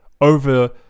over